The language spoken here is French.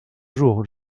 jour